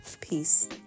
Peace